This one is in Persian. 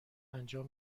انجام